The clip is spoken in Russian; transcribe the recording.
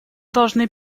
должны